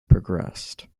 progressed